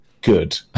good